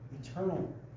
Eternal